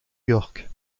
york